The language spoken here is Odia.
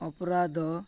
ଅପରାଧ